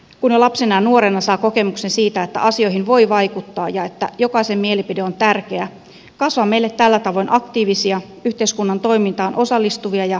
kun jo lapsena ja nuorena saa kokemuksen siitä että asioihin voi vaikuttaa ja että jokaisen mielipide on tärkeä kasvaa meille tällä tavoin aktiivisia yhteiskunnan toimintaan osallistuvia ja vaikuttavia kansalaisia